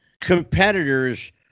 competitors